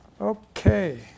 Okay